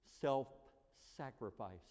self-sacrifice